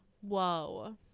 Whoa